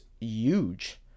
huge